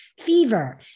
fever